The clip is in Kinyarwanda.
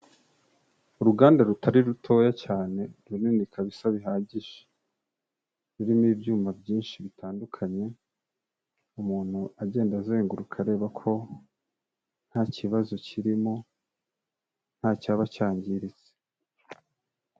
Uruganda rutari rutoya cyane, runini kabisa bihagije. Rurimo ibyuma byinshi bitandukanye, umuntu agenda azenguruka areba ko nta kibazo kirimo ntacyaba cyangiritse.